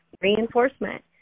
reinforcement